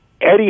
Eddie